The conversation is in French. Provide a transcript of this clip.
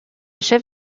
chef